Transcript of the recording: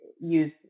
use